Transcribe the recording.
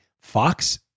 Fox